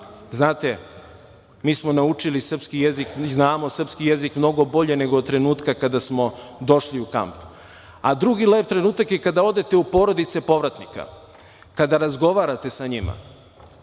znate mi smo naučili srpski jezik, mi znamo srpski jezik mnogo bolje nego od trenutka kada smo došli u kamp, a drugi lep trenutak je kada odete u porodice povratnika, kada razgovarate sa njima